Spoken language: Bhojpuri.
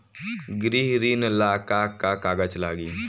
गृह ऋण ला का का कागज लागी?